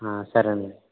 సరేనండి